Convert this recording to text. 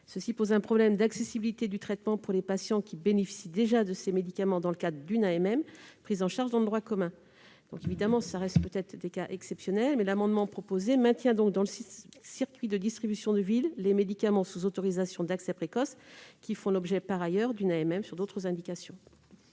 Cela pose un problème d'accessibilité du traitement pour les patients bénéficiant déjà de ces médicaments dans le cadre d'une AMM prise en charge dans le droit commun. Bien que ces cas restent exceptionnels, l'amendement vise à maintenir, dans le circuit de distribution de ville, les médicaments sous autorisation d'accès précoce faisant l'objet par ailleurs d'une AMM pour d'autres indications.